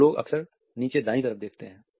और लोग अक्सर नीचे दाईं तरफ देखते हैं